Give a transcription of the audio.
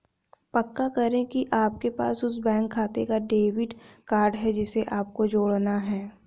पक्का करें की आपके पास उस बैंक खाते का डेबिट कार्ड है जिसे आपको जोड़ना है